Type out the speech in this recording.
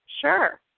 sure